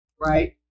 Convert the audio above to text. right